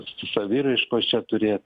saviraiškos čia turėti